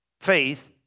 faith